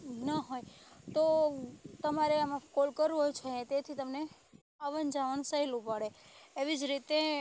ન હોય તો તમારે આમાં કોલ કરવો છે તેથી તમને આવન જાવન સહેલું પડે એવી જ રીતે